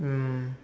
mm